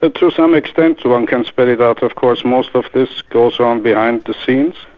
ah to some extent one can spell it out. of course most of this goes on behind the scenes,